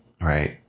Right